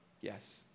Yes